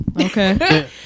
Okay